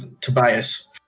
Tobias